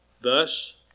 Thus